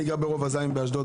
אני גר ברובע ז' באשדוד,